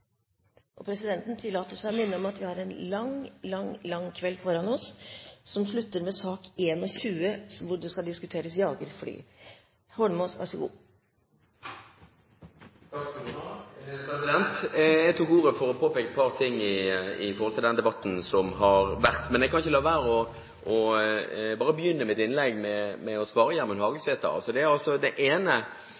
oljeutvinninga. Presidenten tillater seg å minne om at vi har en lang, lang, lang kveld foran oss, som slutter med sak nr. 21, der vi skal diskutere jagerfly. Jeg tok ordet for å påpeke et par ting i den debatten som har vært, men jeg kan ikke la være å begynne mitt innlegg med å svare